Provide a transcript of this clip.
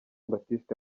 baptiste